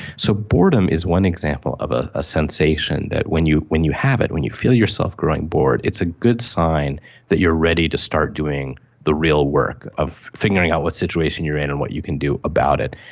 so boredom is one example of ah a sensation that when you when you have it, when you feel yourself growing bored it's a good sign that you are ready to start doing the real work of figuring out what situation you and what you can do about it.